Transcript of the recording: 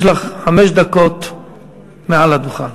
יש לך חמש דקות מעל הדוכן.